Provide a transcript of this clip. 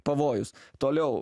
pavojus toliau